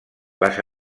les